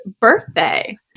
birthday